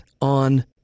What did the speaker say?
on